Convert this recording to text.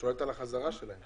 אפשר לחזור בשלבים